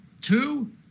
two